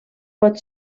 pot